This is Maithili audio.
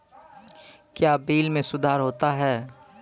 क्या बिल मे सुधार होता हैं?